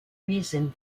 reason